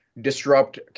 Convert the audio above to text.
disrupt